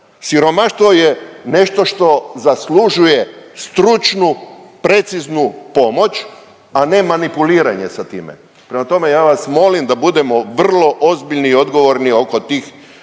Siromaštvo je nešto što zaslužuje stručnu, preciznu pomoć, a ne manipuliranje sa time, prema tome, ja vas molim da budemo vrlo ozbiljni i odgovorni oko tih